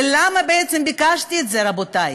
ולמה בעצם ביקשתי את זה, רבותי?